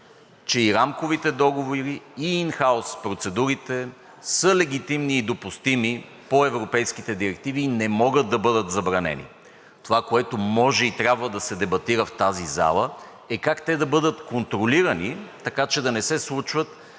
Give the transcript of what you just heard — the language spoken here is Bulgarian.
че и рамковите договори, и ин хаус процедурите са легитимни и допустими по европейските директиви и не могат да бъдат забранени. Това, което може и трябва да се дебатира в тази зала, е как те да бъдат контролирани, така че да не се случват